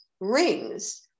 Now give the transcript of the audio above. rings